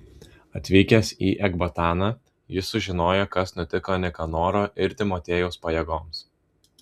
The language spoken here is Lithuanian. atvykęs į ekbataną jis sužinojo kas nutiko nikanoro ir timotiejaus pajėgoms